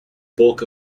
bulk